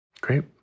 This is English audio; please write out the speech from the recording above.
Great